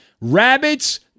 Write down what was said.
rabbits